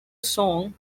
song